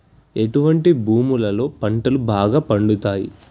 ఎటువంటి భూములలో పంటలు బాగా పండుతయ్?